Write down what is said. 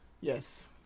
yes